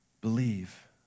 Believe